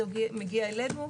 זה מגיע אלינו.